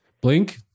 Blink